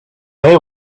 away